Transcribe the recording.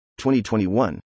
2021